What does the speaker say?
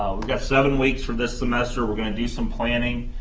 we've got seven weeks for this semester. we're going to do some planning.